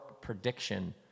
prediction